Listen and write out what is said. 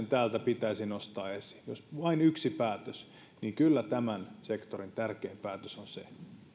täältä pitäisi nostaa esiin jos vain yksi päätös niin kyllä tämän sektorin tärkein päätös on se